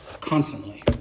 constantly